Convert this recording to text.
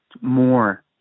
More